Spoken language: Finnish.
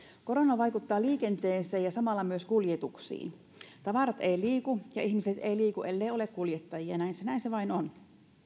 korona vaikuttaa liikenteeseen ja samalla myös kuljetuksiin tavarat eivät liiku ja ihmiset eivät liiku ellei ole kuljettajia näin se vain on